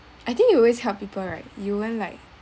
I think you always help people right you won't like